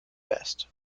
confessed